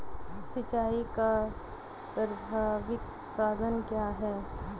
सिंचाई का प्रारंभिक साधन क्या है?